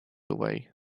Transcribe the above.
away